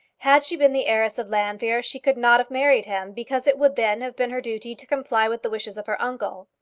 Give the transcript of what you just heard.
had she been the heiress of llanfeare she could not have married him, because it would then have been her duty to comply with the wishes of her uncle.